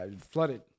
flooded